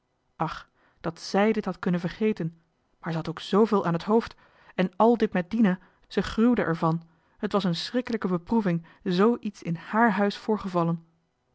dat zj dit had kunnen vergeten maar zij had ook zveel aan het hoofd en àl dit met dina zij gruwde er van het was een schrikkelijke beproeving z iets in hààr huis voorgevallen